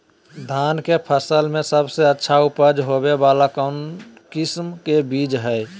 धान के फसल में सबसे अच्छा उपज होबे वाला कौन किस्म के बीज हय?